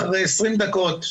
אחרי 20 דקות,